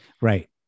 Right